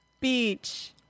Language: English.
Beach